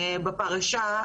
בפרשה,